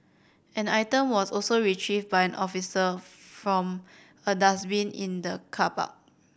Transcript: an item was also retrieved by an officer from a dustbin in the car park